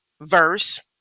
verse